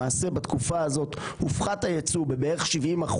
למעשה בתקופה הזאת הופחת הייצוא בבערך 70%,